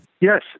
Yes